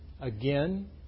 again